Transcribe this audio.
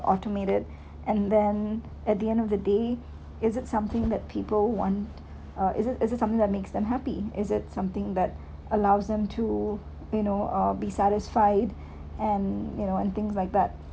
automated and then at the end of the day is it something that people want uh is it is it something that makes them happy is it something that allows them to you know uh be satisfied and you know and things like that